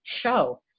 show